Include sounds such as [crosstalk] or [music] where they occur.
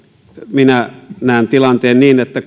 minä näen tilanteen niin että [unintelligible]